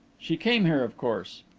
she came here, of course?